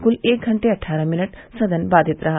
कुल एक घंटे अट्ठारह मिनट सदन बाधित रहा